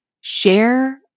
share